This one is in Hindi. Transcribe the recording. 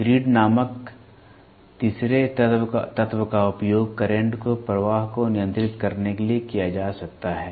ग्रिड नामक तीसरे तत्व का उपयोग करंट के प्रवाह को नियंत्रित करने के लिए किया जा सकता है